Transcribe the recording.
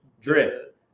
drip